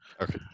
Okay